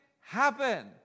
happen